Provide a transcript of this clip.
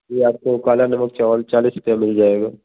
जी आपको काला नमक चावल चालीस रुपया मिल जाएगा